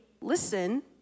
listen